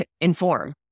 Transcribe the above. inform